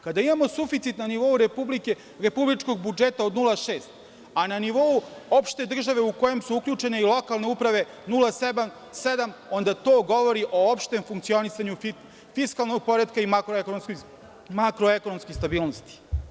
Kada imamo suficit na nivou republike, republičkog budžeta od 0,6%, a na nivou opšte države u kome su uključene i lokalne uprave 0,7%, onda to govori o opštem funkcionisanju fiskalnog poretka i makroekonomske stabilnosti.